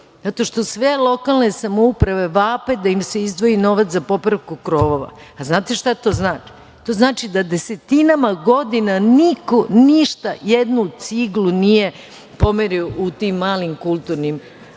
zato što sve lokalne samouprave vape da im se izdvoji novac za popravku krovova. Znate šta to znači? To znači da desetinama godina niko ništa, jednu ciglu nije pomerio u tim malim kulturnim